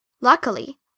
Luckily